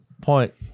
point